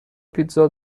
پیتزا